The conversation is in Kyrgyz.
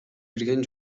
кирген